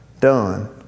done